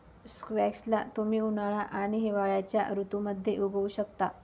squash ला तुम्ही उन्हाळा आणि हिवाळ्याच्या ऋतूमध्ये उगवु शकता